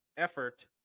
Effort